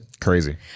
Crazy